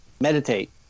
meditate